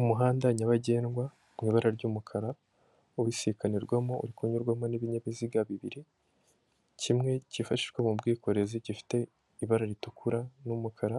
Umuhanda nyabagendwa mu ibara ry'umukara, ubisiganirwamo uri kunyurwamo n'ibinyabiziga bibiri, kimwe cyifashishwa mu bwikorezi gifite ibara ritukura n'umukara